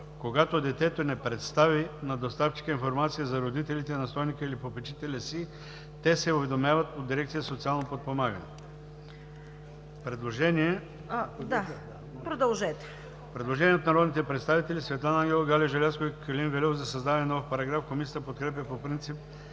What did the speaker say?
Когато детето не предостави на доставчика информация за родителите, настойника или попечителя си, те се уведомяват от дирекция „Социално подпомагане“.“ Предложение от народните представители Светлана Ангелова, Галя Желязкова и Калин Вельов за създаване на нов параграф. Комисията подкрепя по принцип